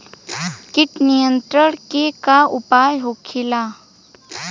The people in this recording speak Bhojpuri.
कीट नियंत्रण के का उपाय होखेला?